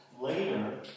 later